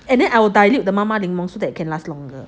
and then I will dilute 妈妈柠檬 so that it will last longer